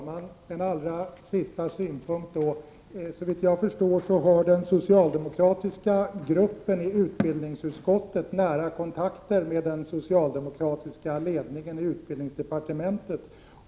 Herr talman! En allra sista synpunkt då. Såvitt jag förstår, har den socialdemokratiska gruppen i utbildningsutskottet nära kontakter med den socialdemokratiska ledningen i utbildningsdepartementet.